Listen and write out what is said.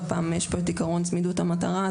יש פה את עיקרון צמידות המטרה.